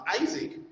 isaac